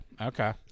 okay